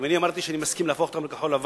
אם אני אמרתי שאני מסכים להפוך לכחול-לבן,